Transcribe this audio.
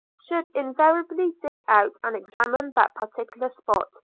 should invariably dig out and examine that particular spot.